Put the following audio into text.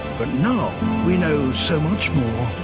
but now we know so much more